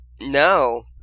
No